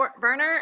burner